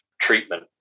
treatment